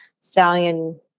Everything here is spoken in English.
stallion